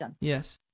Yes